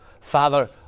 father